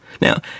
Now